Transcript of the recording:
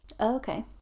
Okay